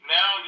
Now